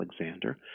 Alexander